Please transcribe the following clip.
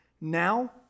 Now